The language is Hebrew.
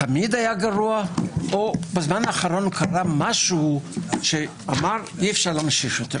תמיד היה גרוע או בזמן האחרון קרה משהו שאמר: אי אפשר להמשיך כך.